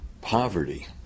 poverty